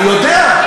אני יודע.